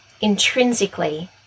intrinsically